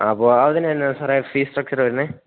അപ്പോള് അതിനെന്താണ് സാറേ ഫീസ് സ്ട്രക്ചർ വരുന്നത്